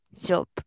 job